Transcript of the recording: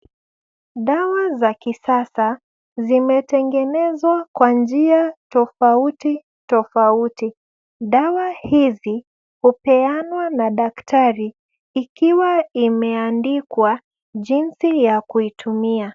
Dawa za kisasa zimetengenezwa kwa njia tofauti, tofauti. Dawa hizi hupeanwa na daktari ikiwa imeandikwa jinsi ya kuitumia.